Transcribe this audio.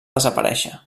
desaparèixer